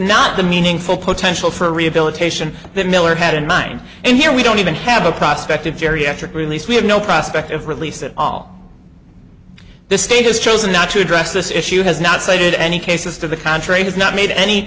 not the meaningful potential for rehabilitation that miller had in mind and here we don't even have a prospect of geriatric release we have no prospect of release at all the state has chosen not to address this issue has not cited any cases to the contrary has not made any